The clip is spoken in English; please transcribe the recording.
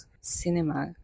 Cinema